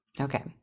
Okay